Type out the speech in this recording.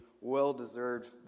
well-deserved